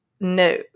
no